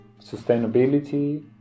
sustainability